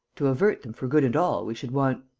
to avert them for good and all we should want.